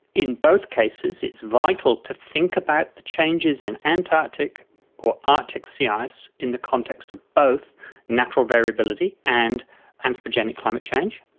in both cases it is vital to think about the changes in antarctic or arctic sea ice in the context of both natural variability and anthropogenic climate change.